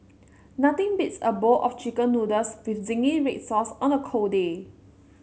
nothing beats a bowl of chicken noodles with zingy red sauce on a cold day